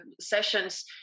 sessions